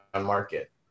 market